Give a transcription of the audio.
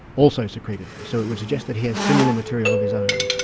also secreted. so it would suggest that he has similar material of his own. and